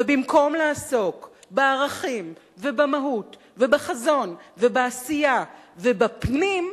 ובמקום לעסוק בערכים ובמהות ובחזון ובעשייה ובַּפְּנים,